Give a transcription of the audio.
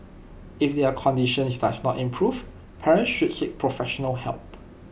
if their conditions does not improve parents should seek professional help